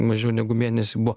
mažiau negu mėnesį buvo